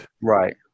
Right